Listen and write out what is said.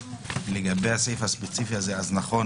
לגבי הסעיף הספציפי הזה, אז נכון